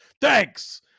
Thanks